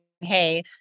hey